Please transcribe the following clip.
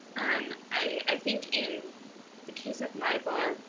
and i think in the case of my book,